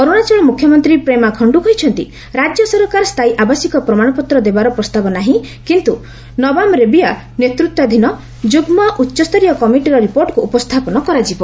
ଅରୁଣାଚଳ ମୁଖ୍ୟମନ୍ତ୍ରୀ ପ୍ରେମା ଖଣ୍ଡୁ କହିଛନ୍ତି ରାଜ୍ୟ ସରକାର ସ୍ଥାୟୀ ଆବାସିକ ପ୍ରମାଣପତ୍ର ଦେବାର ପ୍ରସ୍ତାବ ନାହିଁ କିନ୍ତୁ ନବାମ୍ ରେବିଆ ନେତୃତ୍ୱାଧୀନ ଯୁଗ୍ମ ଉଚ୍ଚସ୍ତରୀୟ କମିଟିର ରିପୋର୍ଟକୁ ଉପସ୍ଥାପନ କରାଯିବ